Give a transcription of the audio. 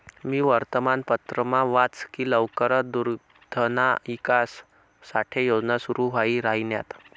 मी वर्तमानपत्रमा वाच की लवकरच दुग्धना ईकास साठे योजना सुरू व्हाई राहिन्यात